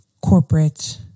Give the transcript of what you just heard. corporate